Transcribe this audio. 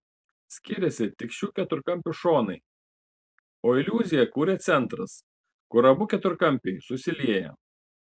skiriasi tik šių keturkampių šonai o iliuziją kuria centras kur abu keturkampiai susilieja